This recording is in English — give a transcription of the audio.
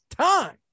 time